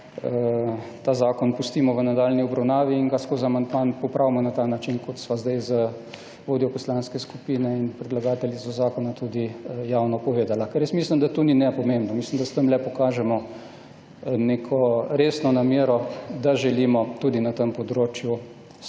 ta zakon pustimo v nadaljnji obravnavi in ga z amandmaji popravimo, na ta način, kot sva zdaj z vodjo poslanske skupine in predlagateljico zakona tudi javno povedala. Ker mislim, da to ni nepomembno. Mislim, da s tem le pokažemo neko resno namero, da želimo tudi na tem področju stvari